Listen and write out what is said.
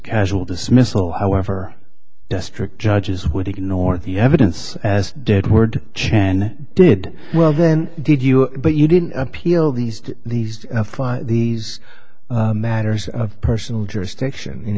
casual dismissal however district judges would ignore the evidence as did word chan did well then did you but you didn't appeal these these these matters of personal jurisdiction in